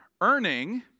Earning